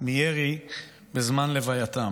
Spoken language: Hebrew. מירי בזמן לווייתם.